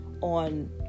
on